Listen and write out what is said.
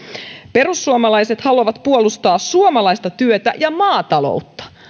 perussuomalaiset haluavat puolustaa suomalaista työtä ja maataloutta